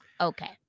Okay